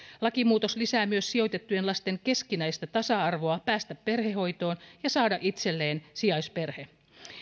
lakimuutos lisää myös sijoitettujen lasten keskinäistä tasa arvoa päästä perhehoitoon ja saada itselleen sijaisperhe